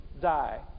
die